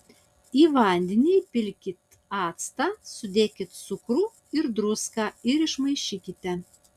į vandenį įpilkit actą sudėkit cukrų ir druską ir išmaišykite